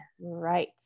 Right